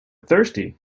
thirsty